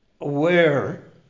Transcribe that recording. aware